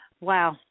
Wow